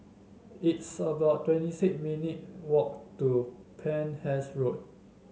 it's about twenty six minutes' walk to Penhas Road